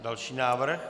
Další návrh.